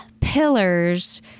pillars